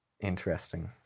interesting